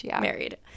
married